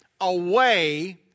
away